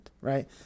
right